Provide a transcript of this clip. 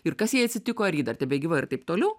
ir kas jai atsitiko ar ji dar tebegyva ir taip toliau